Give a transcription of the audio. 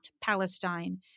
Palestine